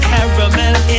Caramel